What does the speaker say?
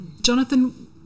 Jonathan